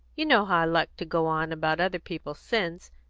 you know how i like to go on about other people's sins,